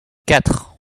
quatre